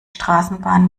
straßenbahn